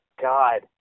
God